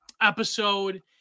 episode